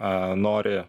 a nori